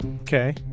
Okay